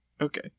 Okay